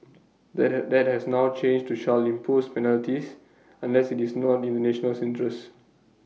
that had that has now changed to shall impose penalties unless IT is not in the national interest